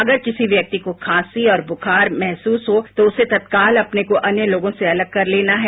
अकर किसी व्यक्ति को खांसी और बुखार महसूस हो तो उसे तत्काल अपने को अन्य लोगों से अलग कर लेना है